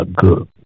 good